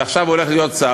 ועכשיו הוא הולך להיות שר,